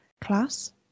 class